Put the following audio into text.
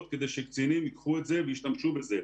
כדי שקצינים ייקחו את זה וישתמשו בזה.